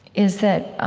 is that,